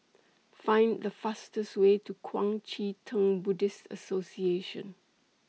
Find The fastest Way to Kuang Chee Tng Buddhist Association